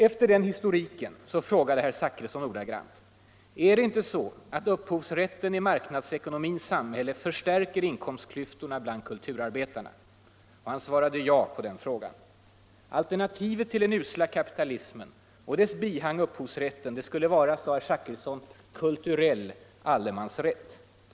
Efter den historiken frågade herr Zachrisson ordagrant: ”Är det inte så att upphovsrätten i marknadsekonomins samhälle förstärker inkomstklyftorna bland kulturarbetarna?” Han svarade jo på den frågan. Alternativet till den usla kapitalismen och dess bihang upphovsrätten skulle, enligt herr Zachrisson, vara ”kulturell allemansrätt”.